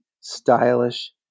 stylish